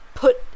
put